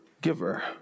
giver